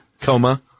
Coma